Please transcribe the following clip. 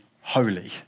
holy